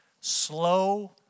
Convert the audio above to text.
slow